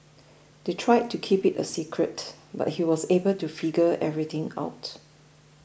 they tried to keep it a secret but he was able to figure everything out